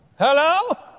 Hello